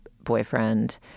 boyfriend